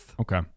Okay